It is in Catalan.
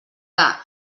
que